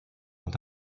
und